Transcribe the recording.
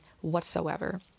whatsoever